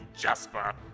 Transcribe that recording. Jasper